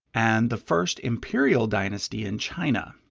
and the first imperial dynasty in china.